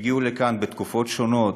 והגיעו לכאן בתקופות שונות.